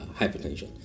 hypertension